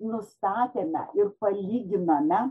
nustatėme ir palyginome